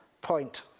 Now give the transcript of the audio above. point